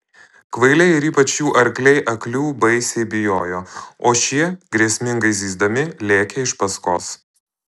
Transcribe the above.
kvailiai ir ypač jų arkliai aklių baisiai bijojo o šie grėsmingai zyzdami lėkė iš paskos